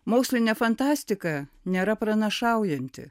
mokslinė fantastika nėra pranašaujanti